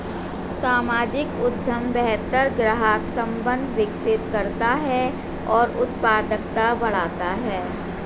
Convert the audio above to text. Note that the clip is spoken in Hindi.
सामाजिक उद्यम बेहतर ग्राहक संबंध विकसित करता है और उत्पादकता बढ़ाता है